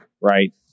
right